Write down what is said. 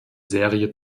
serie